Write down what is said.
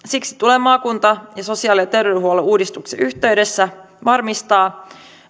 siksi tulee maakunta ja sosiaali ja terveydenhuollon uudistuksen yhteydessä varmistaa